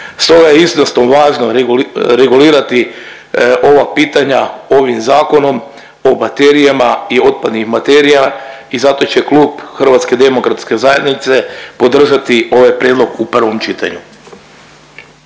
Stoga je .../nerazumljivo/... važno regulirati ova pitanja ovim Zakonom, o baterijama i otpadnim materija i zato će Klub HDZ-a podržati ovaj prijedlog u prvom čitanju.